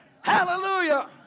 Hallelujah